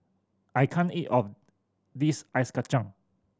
I can't eat of this ice kacang